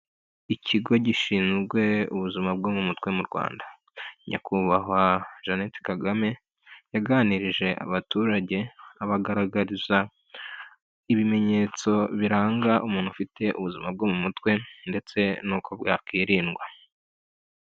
Ikigo gishinzwe ubuzima bwo mu mutwe mu Rwanda, nyakubahwa Jeanette Kagame yaganirije abaturage abagaragariza ibimenyetso biranga umuntu ufite ubuzima bwo mu mutwe ndetse n'uko bwakwirindwa.